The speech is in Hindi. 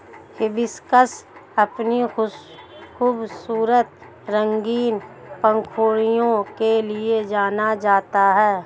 हिबिस्कस अपनी खूबसूरत रंगीन पंखुड़ियों के लिए जाना जाता है